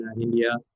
India